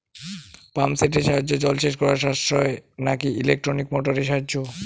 Pump সেটের সাহায্যে জলসেচ করা সাশ্রয় নাকি ইলেকট্রনিক মোটরের সাহায্যে?